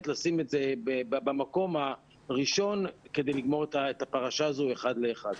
לשים את זה במקום הראשון כדי לגמור את הפרשה הזו אחד לאחד.